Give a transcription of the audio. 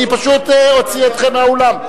אני פשוט אוציא אתכם מהאולם.